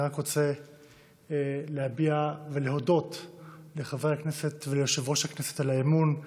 אני רק רוצה להודות לחברי הכנסת וליושב-ראש הכנסת על האמון.